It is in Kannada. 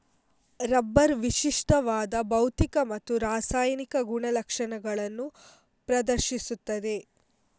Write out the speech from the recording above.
ರಬ್ಬರ್ ವಿಶಿಷ್ಟವಾದ ಭೌತಿಕ ಮತ್ತು ರಾಸಾಯನಿಕ ಗುಣಲಕ್ಷಣಗಳನ್ನು ಪ್ರದರ್ಶಿಸುತ್ತದೆ